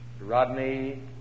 Rodney